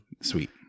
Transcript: Sweet